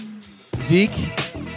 Zeke